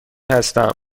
هستم